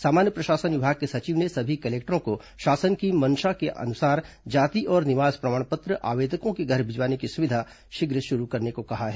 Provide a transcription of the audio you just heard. सामान्य प्रशासन विभाग के सचिव ने सभी कलेक्टरों को शासन की मंशा के अनुसार जाति और निवास प्रमाण पत्र आवेदकों के घर भिजवाने की सुविधा शीघ्र शुरू करने को कहा है